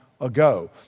ago